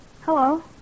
Hello